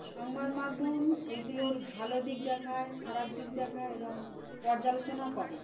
সংবাদ মাধ্যম এগুলোর ভালো দিক দেখায় খারাপ দিক দেখায় এবং পর্যালোচনা করে